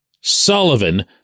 Sullivan